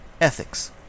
Ethics